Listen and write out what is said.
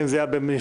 אם זה היה בנפרד.